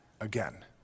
again